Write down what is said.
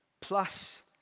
plus